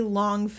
long